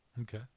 Okay